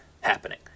happening